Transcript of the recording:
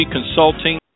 Consulting